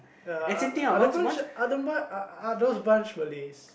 are those bunch are those are are those bunch Malays